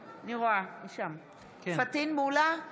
בעד פטין מולא,